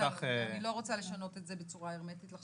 אני לא רוצה לשנות את זה בצורה הרמטית לחלוטין,